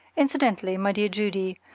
incidentally, my dear judy,